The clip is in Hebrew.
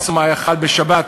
הצום חל בשבת,